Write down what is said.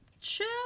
chill